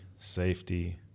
safety